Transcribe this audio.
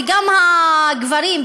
וגם הגברים,